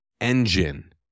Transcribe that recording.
Engine